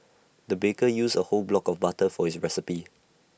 the baker used A whole block of butter for his recipe